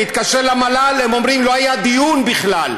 אני מתקשר למל"ל, הם אומרים שלא היה דיון בכלל.